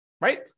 right